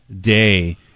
day